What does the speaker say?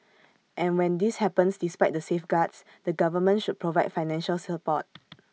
and when this happens despite the safeguards the government should provide financial support